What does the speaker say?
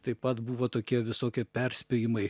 taip pat buvo tokie visokie perspėjimai